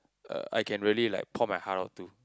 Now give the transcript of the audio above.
uh I can really like pour my heart out to